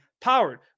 powered